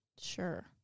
Sure